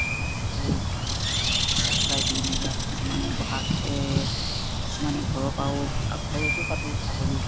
আকৌ চাপ্লাই দি মেলি আৰু কিছুমানে গ্ৰাহাকে কিছুমানে ঘৰৰপৰাও আৰু ঘৰতো কাটো ছাগলী